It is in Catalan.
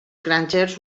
grangers